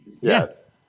Yes